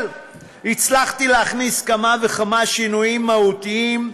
אבל הצלחתי להכניס כמה וכמה שינויים מהותיים,